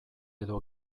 edo